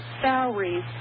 salaries